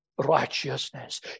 righteousness